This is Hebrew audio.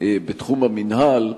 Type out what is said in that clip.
בתחום המינהל,